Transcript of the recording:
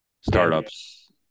Startups